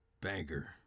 Banger